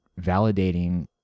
validating